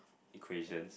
equation